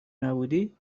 نبودی